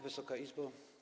Wysoka Izbo!